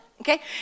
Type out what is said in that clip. Okay